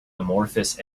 amorphous